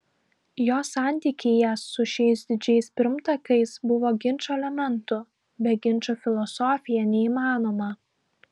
jo santykyje su šiais didžiais pirmtakais buvo ginčo elementų be ginčo filosofija neįmanoma